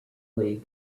league